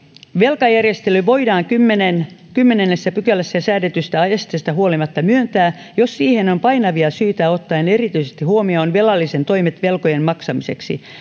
velkajärjestely voidaan kymmenennessä pykälässä säädetystä esteestä huolimatta myöntää jos siihen on painavia syitä ottaen erityisesti huomioon velallisen toimet velkojen maksamiseksi